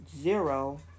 zero